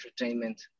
entertainment